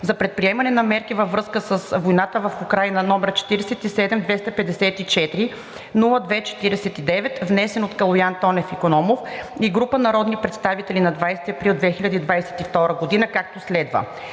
за предприемане на мерки във връзка с войната в Украйна, № 47-254-02-49, внесен от Калоян Тонев Икономов и група народни представители на 20 април 2022 г., както следва: